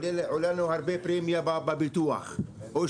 הפרמיה בביטוח עולה מאוד יקר,